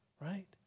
right